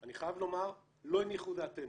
אני חייב לומר, לא הניחו את דעתנו,